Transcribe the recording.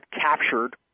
captured